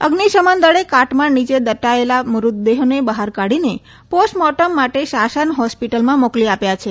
અરેઝનશનદળે કાટમાળ નીચ દટાયેલા મૃતદેહોને બહાર કાઢીને પોસ્ટમોર્ટમ માટે સાસાન હોસ્પીટલમાં મોકલી આપ્યા છે